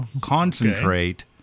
concentrate